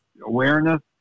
awareness